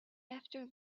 after